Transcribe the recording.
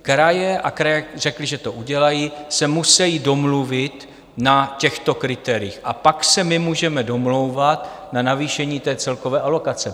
Kraje a kraje řekly, že to udělají se musejí domluvit na těchto kritériích a pak se my můžeme domlouvat na navýšení té celkové alokace.